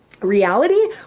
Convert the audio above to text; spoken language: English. reality